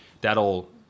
that'll